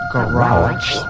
Garage